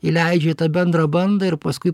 įleidžia į tą bendrą bandą ir paskui